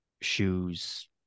shoes